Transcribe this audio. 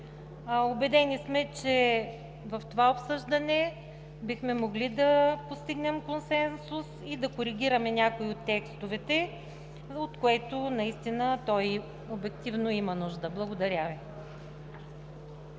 Убедени сме, че в това обсъждане бихме могли да постигнем консенсус и да коригираме някои от текстовете, от което той обективно има нужда. Благодаря Ви.